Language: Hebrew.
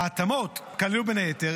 ההתאמות כללו בין היתר